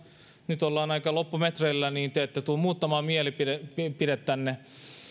nyt olemme aika loppumetreillä niin te ette tule muuttamaan mielipidettänne